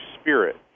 spirit